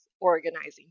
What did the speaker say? organizing